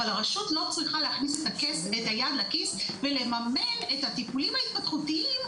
הרשות לא צריכה להכניס את היד לכיס ולממן את הטיפולים ההתפתחותיים,